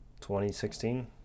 2016